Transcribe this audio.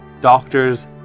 doctors